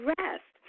rest